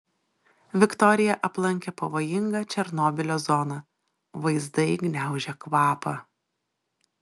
viktorija aplankė pavojingą černobylio zoną vaizdai gniaužia kvapą